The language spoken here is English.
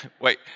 Wait